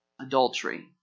Adultery